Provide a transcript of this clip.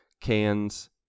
cans